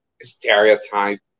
stereotype